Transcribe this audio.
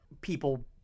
people